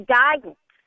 guidance